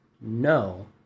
no